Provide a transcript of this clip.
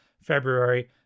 February